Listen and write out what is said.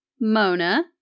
Mona